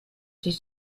die